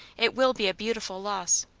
it will be a beautiful loss.